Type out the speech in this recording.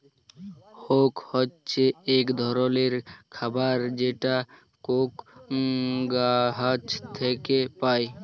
Coke হছে ইক ধরলের খাবার যেটা কোক গাহাচ থ্যাইকে পায়